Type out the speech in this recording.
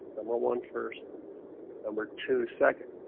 number one first number two second.